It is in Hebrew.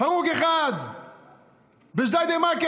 הרוג אחד, בג'דיידה-מכר.